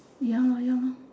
ya lor ya lor